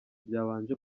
byabanje